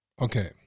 Okay